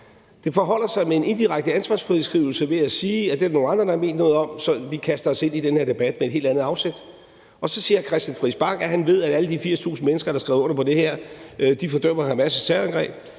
Det forholder sig med en indirekte ansvarsfraskrivelse ved at sige, at det er der nogle andre, der har ment noget om, så vi kaster os ind i den her debat med et helt andet afsæt. Og så siger hr. Christian Friis Bach, at han ved, at alle de 80.000 mennesker, der har skrevet under på det her, fordømmer Hamas' terrorangreb